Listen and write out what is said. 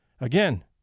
Again